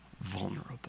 vulnerable